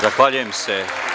Zahvaljujem se.